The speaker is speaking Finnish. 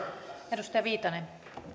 arvoisa puhemies